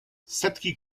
setki